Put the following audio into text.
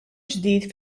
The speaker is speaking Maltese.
ġdid